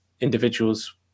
individuals